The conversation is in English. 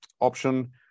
option